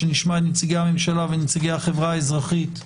כשנשמע את נציגי הממשלה ונציגי החברה האזרחית,